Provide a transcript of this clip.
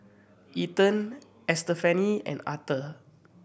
Ethan Estefany and Arthur